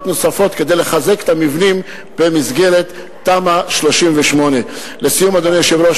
נוספות כדי לחזק את המבנים במסגרת תמ"א 38. אדוני היושב-ראש,